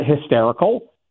hysterical